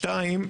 שתיים,